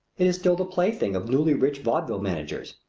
it is still the plaything of newly rich vaudeville managers.